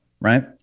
right